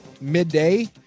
midday